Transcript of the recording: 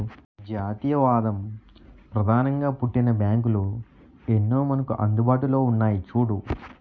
జాతీయవాదం ప్రధానంగా పుట్టిన బ్యాంకులు ఎన్నో మనకు అందుబాటులో ఉన్నాయి చూడు